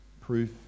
proof